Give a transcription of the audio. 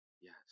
Yes